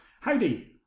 Howdy